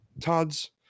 Todd's